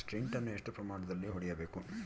Sprint ಅನ್ನು ಎಷ್ಟು ಪ್ರಮಾಣದಲ್ಲಿ ಹೊಡೆಯಬೇಕು?